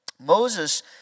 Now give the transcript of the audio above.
Moses